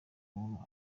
umuntu